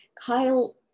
Kyle